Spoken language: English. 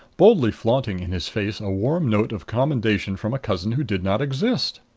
boldly flaunting in his face a warm note of commendation from a cousin who did not exist!